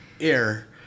air